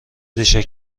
ریشه